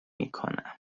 میکنم